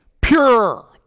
pure